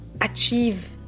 achieve